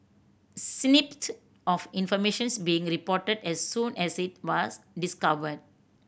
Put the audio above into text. snippet of information being reported as soon as it was discovered